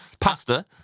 Pasta